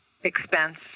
expense